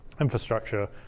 infrastructure